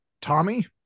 Tommy